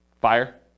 Fire